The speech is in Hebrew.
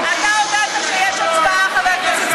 אני קורא אותך לסדר פעם שלישית.